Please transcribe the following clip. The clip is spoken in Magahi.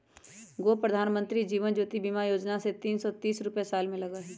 गो प्रधानमंत्री जीवन ज्योति बीमा योजना है तीन सौ तीस रुपए साल में लगहई?